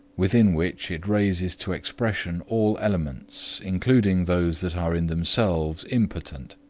within which it raises to expression all elements, including those that are in themselves impotent.